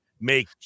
make